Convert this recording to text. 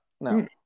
No